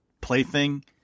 plaything